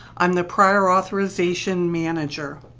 i'm the prior authorization manager